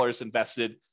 invested